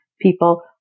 people